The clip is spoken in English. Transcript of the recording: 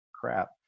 crap